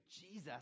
Jesus